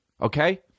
Okay